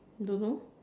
don't know